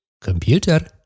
computer